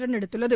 run எடுத்துள்ளது